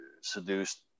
seduced